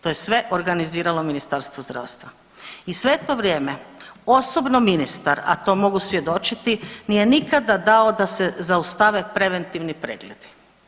To je sve organiziralo Ministarstvo zdravstva i sve to vrijeme osobno ministar, a to mogu svjedočiti, nije nikada dao da se zaustave preventivni pregledi.